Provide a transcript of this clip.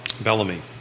Bellamy